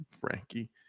Frankie